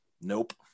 Nope